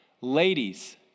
Ladies